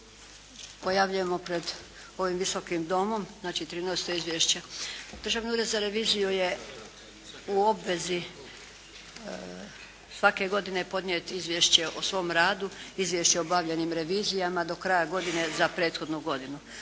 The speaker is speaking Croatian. pojavljujemo pred ovim Visokim domom, znači 13. izvješće. Državni ured za reviziju je u obvezi svake godine podnijeti izvješće o svom radu, izvješće o obavljenim revizijama do kraja godine za prethodnu godinu.